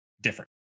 different